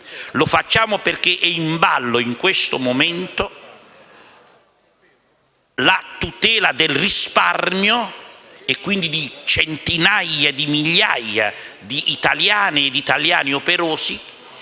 Lo facciamo perché è in ballo in questo momento la tutela del risparmio e, quindi, di centinaia di migliaia di italiane e italiani operosi.